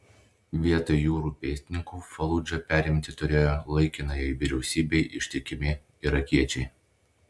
vietoj jūrų pėstininkų faludžą perimti turėjo laikinajai vyriausybei ištikimi irakiečiai